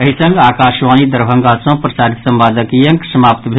एहि संग आकाशवाणी दरभंगा सँ प्रसारित संवादक ई अंक समाप्त भेल